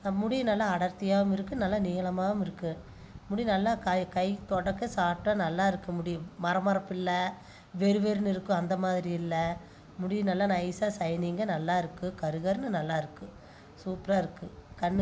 முடியும் நல்லா அடர்த்தியாகவும் இருக்கு நல்லா நீளமாகவும் இருக்கு முடி நல்லா கை தொடக்க சாஃப்ட்டாக நல்லாயிருக்கு முடி மரமரப்பு இல்லை வெறு வெறுன்னு இருக்கும் அந்த மாதிரி இல்லை முடியும் நல்லா நைசாக சைனிங்காக நல்லா இருக்கு கருகருன்னு நல்லா இருக்கு சூப்பராக இருக்கு கண்